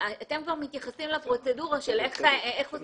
אתם כבר מתייחסים לפרוצדורה, איך עושים את הבדיקה.